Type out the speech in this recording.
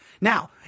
Now